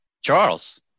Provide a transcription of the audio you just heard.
Charles